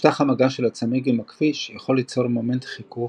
משטח המגע של הצמיג עם הכביש יכול ליצור מומנט חיכוך,